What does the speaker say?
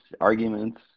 arguments